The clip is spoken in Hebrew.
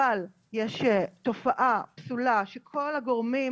אבל יש תופעה פסולה שכל הגורמים